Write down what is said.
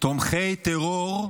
תומכי טרור,